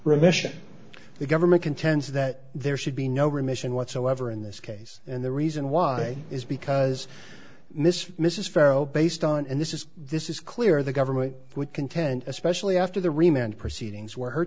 remission the government contends that there should be no remission whatsoever in this case and the reason why is because miss mrs farrow based on and this is this is clear the government would contend especially after the remained proceedings where her